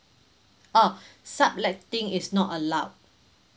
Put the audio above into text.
oh subletting is not allowed